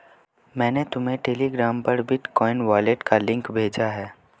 मैंने तुम्हें टेलीग्राम पर बिटकॉइन वॉलेट का लिंक भेजा है